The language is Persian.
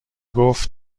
گفت